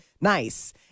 Nice